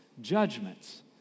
judgments